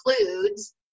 includes